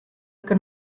que